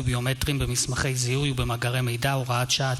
ביומטריים במסמכי זיהוי ובמאגר מידע (הוראת שעה),